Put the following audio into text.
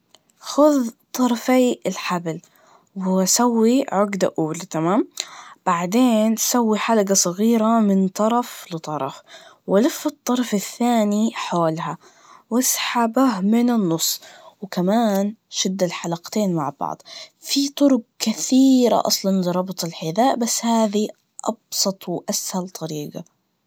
خذ طرفي الحبل, وسوي عجدة أولى, تمام؟ بعدين سوي حلقة صغيرة من طرف لطرف, ولف الطرف الثاني حولها, واسحبه من النص, وكمان شد الحلقتين مع بعض, في طرق كثيرة أصلاً لربط الحذاء, بس هذي أبسط وأسهل طريقة.